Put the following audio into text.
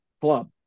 club